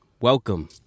welcome